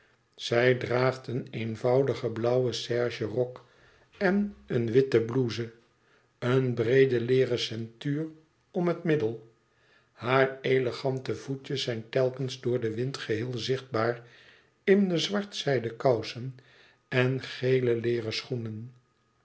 zij draagt een eenvoudigen blauwen serge rok en een witte serge blouse een breeden leêren ceintuur om het middel hare elegante voetjes zijn telkens door den wind geheel zichtbaar in de zwart zijden kousen en gele leêren schoenen